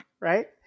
Right